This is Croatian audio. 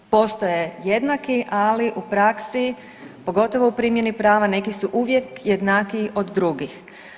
Postoje jednaki, ali u praksi pogotovo u primjeni prava neki su uvijek jednakiji od drugih.